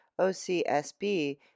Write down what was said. OCSB